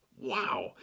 Wow